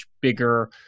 bigger